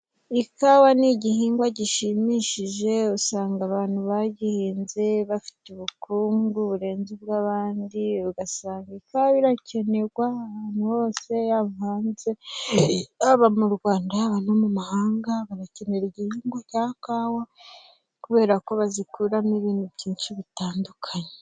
Ikawa ni igihingwa gishimishije, usanga abantu bagihinze bafite ubukungu burenze ubw'abandi, ugasanga ikawa irakenerwa ahantu hose, yaba hanze, yaba mu Rwanda, yaba no mu mahanga barakenera igihingwa cya kawa, kubera ko bazikuramo ibintu byinshi bitandukanye.